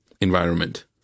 environment